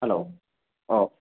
hello ꯑꯣ